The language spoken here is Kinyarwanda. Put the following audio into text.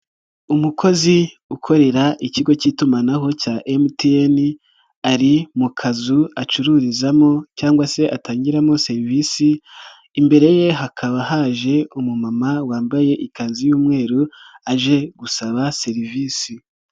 Umukozi ukorera Ikigo k'itumanaho cya MTN ari mu kazu acururizamo cyangwa se atangiramo serivisi, imbere ye hakaba haje umumama wambaye ikanzu y'umweru aje gusaba serivisi.